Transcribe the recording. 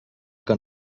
que